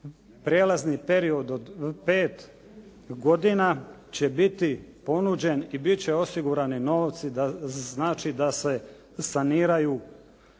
prijelazni period od 5 godina će biti ponuđen i bit će osigurani novci znači da se saniraju